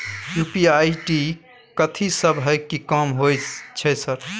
UPI ID कथि सब हय कि काम होय छय सर?